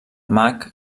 mag